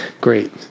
great